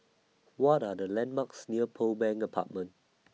What Are The landmarks near Pearl Bank Apartment